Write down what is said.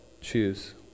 choose